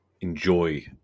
enjoy